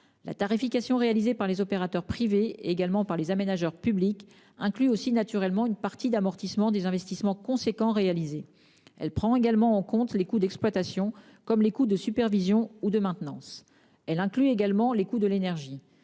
La tarification réalisée par les opérateurs privés, mais également par les aménageurs publics, inclut naturellement une partie d'amortissement des investissements importants réalisés. Elle prend également en compte les coûts d'exploitation, comme les coûts de supervision ou de maintenance. Elle inclut également les coûts de l'énergie.